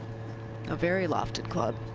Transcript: a very lofted club.